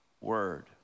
word